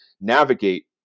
navigate